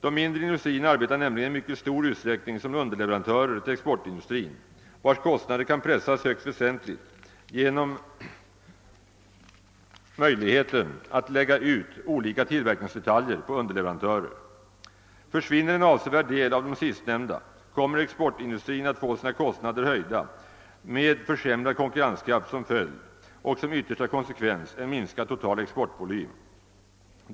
De mindre industrierna arbetar nämligen i mycket stor utsträckning som underleverantörer till exportindustrin, vars kostnader kan pressas högst väsentligt genom möjligheten att lägga ut olika tillverkningsdetaljer på underleverantörer Försvinner en avsevärd del av de sistnämnda kommer <exportindustrin att få sina kostnader höjda med försämrad konkurrenskraft som följd och en minskad total exportvolym som yttersta konsekvens.